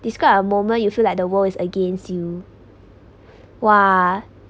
describe a moment you feel like the world is against you !wah!